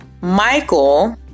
Michael